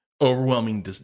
overwhelming